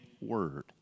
word